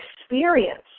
experience